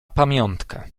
pamiątkę